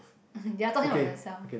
um hm you are talking about yourself